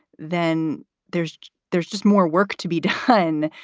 then there's there's just more work to be done.